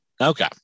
Okay